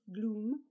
gloom